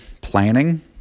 planning